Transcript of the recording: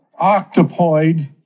octopoid